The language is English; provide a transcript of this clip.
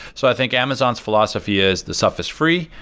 so i think amazon's philosophy is this stuff is free.